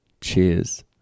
Cheers